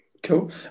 Cool